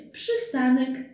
przystanek